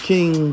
King